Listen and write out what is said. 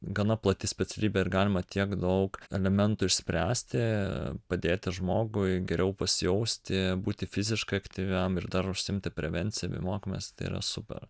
gana plati specialybė ir galima tiek daug elementų išspręsti padėti žmogui geriau pasijausti būti fiziškai aktyviam ir dar užsiimti prevencija mokymas tai yra super